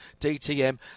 DTM